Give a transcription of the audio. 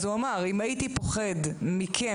הוא אמר: אם הייתי מפחד מכם,